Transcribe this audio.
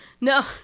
No